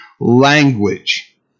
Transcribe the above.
language